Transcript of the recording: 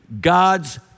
God's